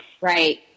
right